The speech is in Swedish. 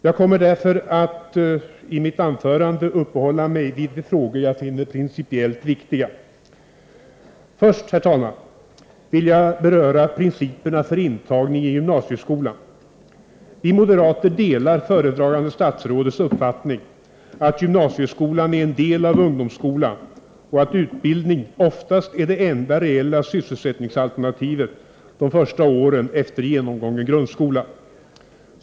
Jag kommer därför att i mitt anförande uppehålla mig vid de frågor jag finner principiellt viktiga. Först, herr talman, vill jag beröra principerna för intagning i gymnasieskolan. Vi moderater delar föredragande statsrådets uppfattning att gymnasieskolan är en del av ungdomsskolan och att utbildning oftast är det enda reella sysselsättningsalternativet de första åren efter genomgången grund skola.